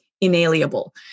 inalienable